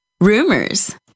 rumors